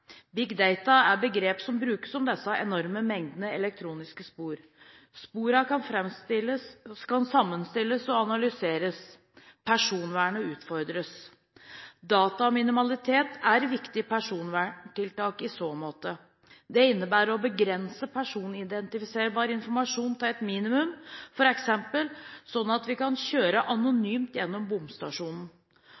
data» er begrepet som brukes om disse enorme mengdene elektroniske spor. Sporene kan sammenstilles og analyseres. Personvernet utfordres. Dataminimalitet er et viktig personverntiltak i så måte. Det innebærer å begrense personidentifiserbar informasjon til et minimum, f.eks. sånn at vi kan kjøre